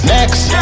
Next